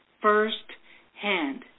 first-hand